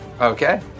Okay